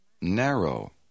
narrow